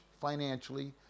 financially